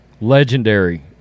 Legendary